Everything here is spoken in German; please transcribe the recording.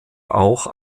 auch